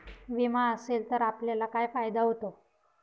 विमा असेल तर आपल्याला काय फायदा होतो?